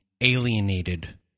alienated